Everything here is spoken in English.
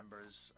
members